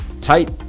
tight